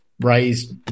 raised